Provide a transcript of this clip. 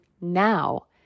now